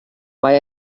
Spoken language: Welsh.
mae